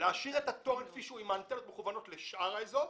להשאיר את התורן כפי שהוא עם האנטנות מכוונות אל שאר האזור,